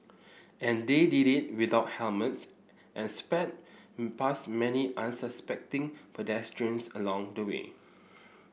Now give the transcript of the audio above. and they did it without helmets and sped past many unsuspecting pedestrians along the way